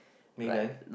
okay guys